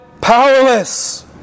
powerless